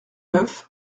neuf